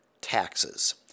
taxes